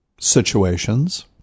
situations